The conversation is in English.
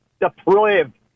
deprived